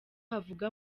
havuga